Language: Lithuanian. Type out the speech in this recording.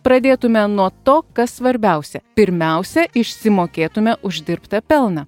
pradėtume nuo to kas svarbiausia pirmiausia išsimokėtume uždirbtą pelną